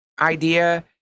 idea